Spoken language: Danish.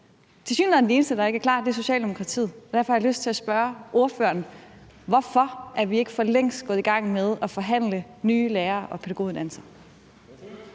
Tilsyneladende er de eneste, der ikke er klar, Socialdemokratiet. Derfor har jeg lyst til at spørge ordføreren: Hvorfor er vi ikke for længst gået i gang med at forhandle nye lærer- og pædagoguddannelser?